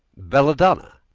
belladonna,